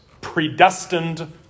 predestined